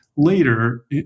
Later